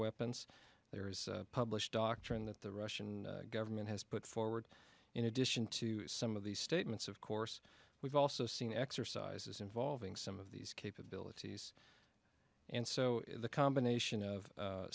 weapons there is published doctrine that the russian government has put forward in addition to some of these statements of course we've also seen exercises involving some of these capabilities and so the combination of